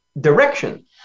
direction